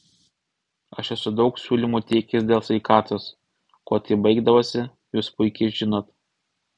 aš esu daug siūlymų teikęs dėl sveikatos kuo tai baigdavosi jūs puikiai žinot